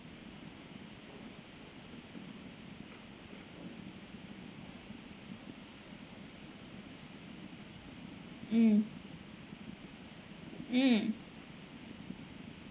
mm mm